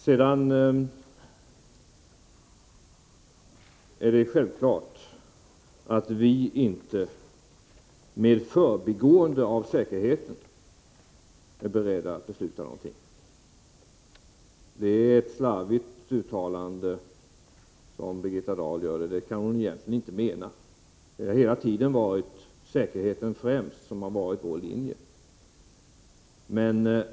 Sedan är det självklart att vi inte är beredda att besluta någonting med förbigående av säkerheten. Det är ett slarvigt uttalande Birgitta Dahl gör, och det kan hon egentligen inte mena. ”Säkerheten främst” har hela tiden varit vår linje.